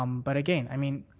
but again, i mean,